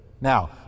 Now